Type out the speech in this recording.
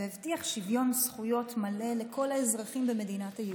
והבטיח שוויון זכויות מלא לכל האזרחים במדינת היהודים.